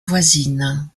voisines